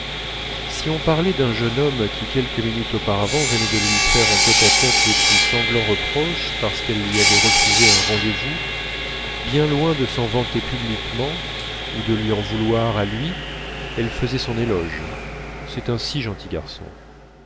si on parlait d'un jeune homme qui quelques minutes auparavant venait de lui faire en tête à tête les plus sanglants reproches parce qu'elle lui avait refusé un rendez-vous bien loin de s'en vanter publiquement ou de lui en vouloir à lui elle faisait son éloge c'est un si gentil garçon